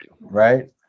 Right